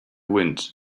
wind